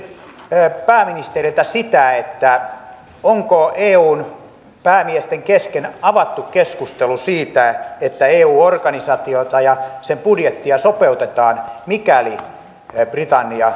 kysyisin pääministeriltä sitä onko eun päämiesten kesken avattu keskustelu siitä että eu organisaatiota ja sen budjettia sopeutetaan mikäli britannia erkanee eusta